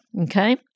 Okay